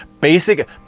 Basic